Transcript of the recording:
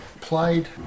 played